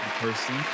person